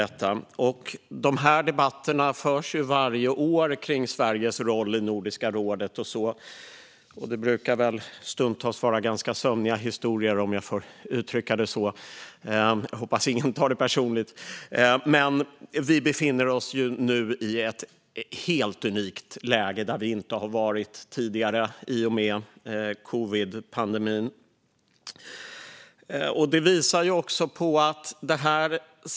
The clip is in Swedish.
Dessa debatter om Sveriges roll i Nordiska rådet förs ju varje år och brukar stundtals vara ganska sömniga historier, om jag får uttrycka det så - jag hoppas att ingen tar det personligt. Vi befinner oss dock nu i ett helt unikt läge, där vi inte har varit tidigare, i och med covidpandemin.